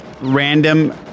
Random